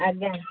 ଆଜ୍ଞା